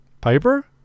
Piper